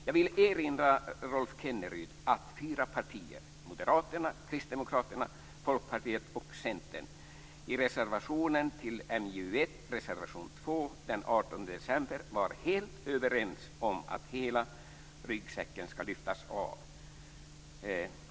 Jag vill erinra Rolf till MJU1 den 18 december var helt överens om att hela ryggsäcken skall lyftas av.